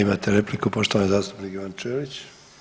Imate repliku, poštovani zastupnik Ivan Ćelić.